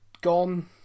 gone